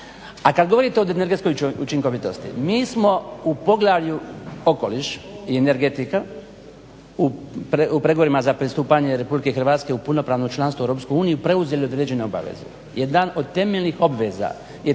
A kad govorite o energetskoj učinkovitosti mi smo u Poglavlju – okoliš i energetika u pregovorima za pristupanje RH u punopravno članstvo u EU preuzeli određene obaveze. Jedna od temeljnih obveza je